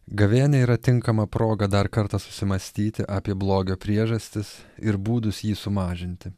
gavėnia yra tinkama proga dar kartą susimąstyti apie blogio priežastis ir būdus jį sumažinti